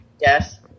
Yes